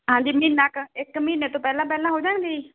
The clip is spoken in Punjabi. ਹਾਂਜੀ ਮਹੀਨਾ ਕੁ ਇੱਕ ਮਹੀਨੇ ਤੋਂ ਪਹਿਲਾਂ ਪਹਿਲਾਂ ਹੋ ਜਾਣਗੇ ਜੀ